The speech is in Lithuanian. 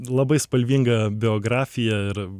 labai spalvinga biografija ir